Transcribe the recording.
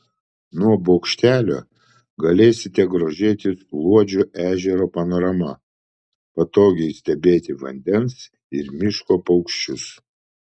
nuo bokštelio galėsite grožėtis luodžio ežero panorama patogiai stebėti vandens ir miško paukščius